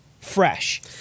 fresh